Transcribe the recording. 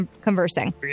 conversing